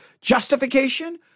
justification